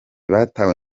batawe